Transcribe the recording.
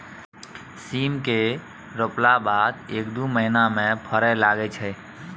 सीम केँ रोपला बाद एक दु महीना मे फरय लगय छै